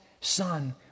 son